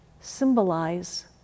symbolize